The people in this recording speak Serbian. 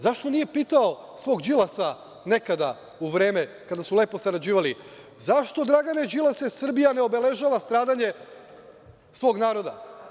Zašto nije pitao svog Đilasa, nekada, u vreme kada su lepo sarađivali, zašto Dragane Đilase Srbija ne obeležava stradanje svog naroda?